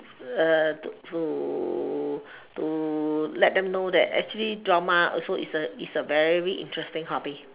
to to to let them know that actually drama also is a is a very interesting hobby